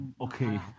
Okay